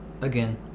Again